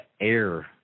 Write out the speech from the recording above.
air